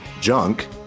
junk